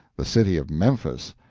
the city of memphis,